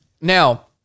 Now